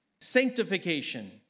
sanctification